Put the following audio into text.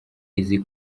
izi